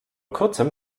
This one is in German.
kurzem